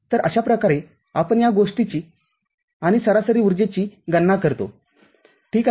तर अशाप्रकारे आपण या गोष्टीची आणि सरासरी ऊर्जेची गणना करतो ठीक आहे